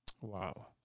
Wow